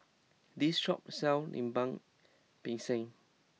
this shop sells Lemper Pisang